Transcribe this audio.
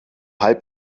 halb